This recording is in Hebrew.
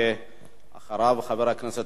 אחריו, חבר הכנסת טלב אלסאנע,